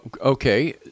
Okay